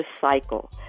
cycle